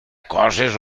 coses